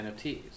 NFTs